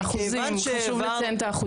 מאחוזים, אחרי שהוא נותן את האחוזים.